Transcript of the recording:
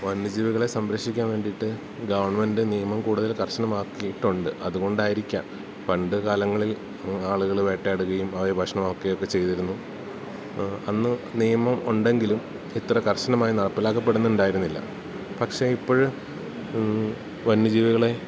വന്യജീവികളെ സംരക്ഷിക്കാൻ വേണ്ടീട്ട് ഗെവൺമെൻറ്റ് നിയമം കൂടുതൽ കർശനമാക്കിയിട്ടുണ്ട് അതുകൊണ്ടായിരിക്കാം പണ്ട് കാലങ്ങളിൽ ആളുകൾ വേട്ട ആടുകയും അവയെ ഭക്ഷണമാക്കി ഒക്കെ ചെയ്തിരുന്നു അന്ന് നിയമം ഉണ്ടെങ്കിലും ഇത്ര കർശനമായി നടപ്പിലാക്കപ്പെടുന്നുണ്ടായിരുന്നില്ല പക്ഷേ ഇപ്പോൾ വന്യജീവികളെ